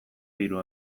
diru